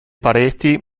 pareti